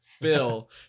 Bill